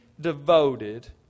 devoted